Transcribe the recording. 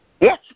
Yes